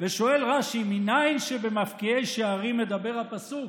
שואל רש"י: מניין שבמפקיעי שערים מדבר הפסוק?